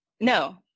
No